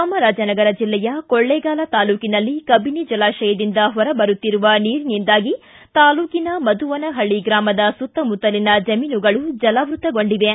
ಚಾಮರಾಜನಗರ ಜಿಲ್ಲೆಯ ಕೊಳ್ಳೇಗಾಲ ತಾಲ್ಲೂಕಿನಲ್ಲಿ ಕಬಿನಿ ಜಲಾಶಯದಿಂದ ಹೊರಬರುತ್ತಿರುವ ನೀರಿನಿಂದಾಗಿ ತಾಲ್ಲೂಕಿನ ಮಧುವನಹಳ್ಳಿ ಗ್ರಾಮದ ಸುತ್ತಮುತ್ತಲಿನ ಜಮೀನುಗಳು ಜಲಾವೃತಗೊಂಡಿವೆ